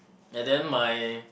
and then my